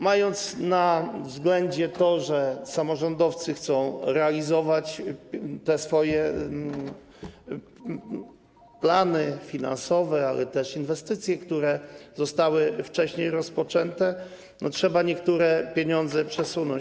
Mając na względzie to, że samorządowcy chcą realizować te swoje plany finansowe, ale też inwestycje, które zostały wcześniej rozpoczęte, trzeba niektóre pieniądze przesunąć.